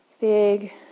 big